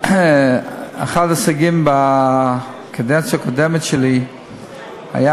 אחד ההישגים בקדנציה הקודמת שלי היה